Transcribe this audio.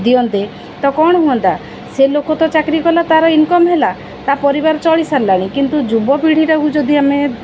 ଦିଅନ୍ତେ ତ କ'ଣ ହୁଅନ୍ତା ସେ ଲୋକ ତ ଚାକିରି କଲା ତା'ର ଇନକମ୍ ହେଲା ତା' ପରିବାର ଚଳିସାରିଲାଣି କିନ୍ତୁ ଯୁବପିଢ଼ିଟାକୁ ଯଦି ଆମେ